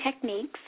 techniques